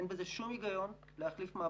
אין בזה שום הגיוני להחליף מעבדות.